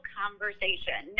conversation